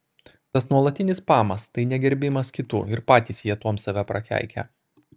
tas nuolatinis spamas tai negerbimas kitų ir patys jie tuom save prakeikia